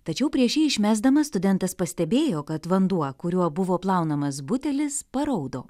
tačiau prieš jį išmesdamas studentas pastebėjo kad vanduo kuriuo buvo plaunamas butelis paraudo